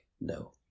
No